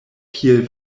kiel